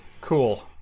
Cool